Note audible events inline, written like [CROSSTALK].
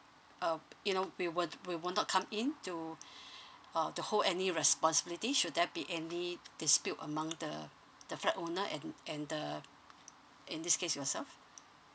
uh you know we were we were not come in to [BREATH] uh to hold any responsibilities should there be any dispute among the the flat owner and and the in this case yourself